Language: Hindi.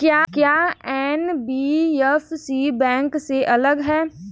क्या एन.बी.एफ.सी बैंक से अलग है?